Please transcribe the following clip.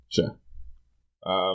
Sure